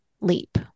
leap